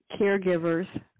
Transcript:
caregivers –